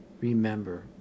Remember